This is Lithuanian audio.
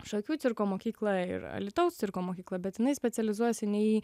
šakių cirko mokykla ir alytaus cirko mokykla bet jinai specializuojasi ne į